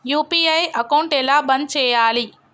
UPI account ఎలా బంద్ చేయాలి?